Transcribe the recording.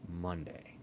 Monday